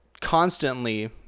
constantly